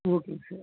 ஓகேங்க சார்